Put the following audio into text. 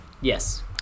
Yes